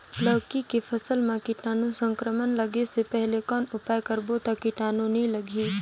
लौकी के फसल मां कीटाणु संक्रमण लगे से पहले कौन उपाय करबो ता कीटाणु नी लगही?